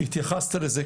התייחסת לזה,